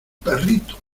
perrito